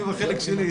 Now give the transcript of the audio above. אני בחלק שלי.